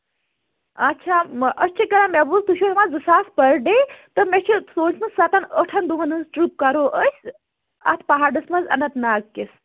اَچھا أسۍ چھِ کران مےٚ بوٗز تُہۍ چھِو ہٮ۪وان زٕ ساس پٔر ڈے تہٕ مےٚ چھُ سوٗنچمُت سَتن ٲٹھن دۄہَن ہنز ٹرپ کرو أسۍ اَتھ پَہاڑَس منٛز اَننت ناگ کِس